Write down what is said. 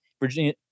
Virginia